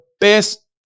best